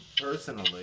personally